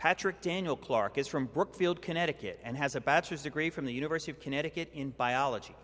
patrick daniel clark is from brookfield connecticut and has a bachelor's degree from the university of connecticut in biology